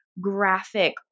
graphic